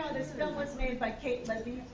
um this film was made by kate levy,